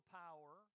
power